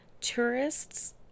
tourists